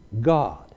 God